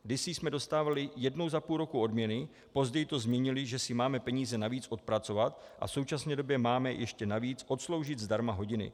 Kdysi jsme dostávali jednou za půl roku odměny, později to změnili, že si máme peníze navíc odpracovat, a v současné době máme ještě navíc odsloužit zdarma hodiny.